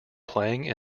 playing